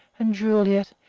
and juliette,